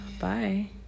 bye